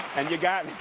and you got